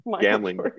gambling